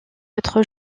autres